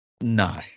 No